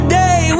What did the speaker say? day